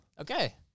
Okay